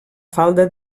falda